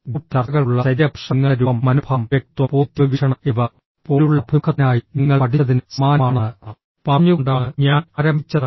group ചർച്ചകൾക്കുള്ള ശരീരഭാഷ നിങ്ങളുടെ രൂപം മനോഭാവം വ്യക്തിത്വം പോസിറ്റീവ് വീക്ഷണം എന്നിവ പോലുള്ള അഭിമുഖത്തിനായി ഞങ്ങൾ പഠിച്ചതിന് സമാനമാണെന്ന് പറഞ്ഞുകൊണ്ടാണ് ഞാൻ ആരംഭിച്ചത്